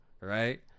Right